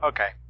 Okay